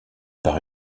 par